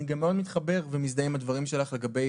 אני גם מאוד מתחבר ומזדהה עם הדברים שלך לגבי